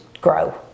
grow